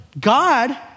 God